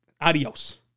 Adios